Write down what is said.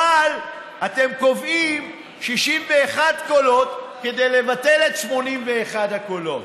אבל אתם קובעים 61 קולות כדי לבטל את 81 הקולות.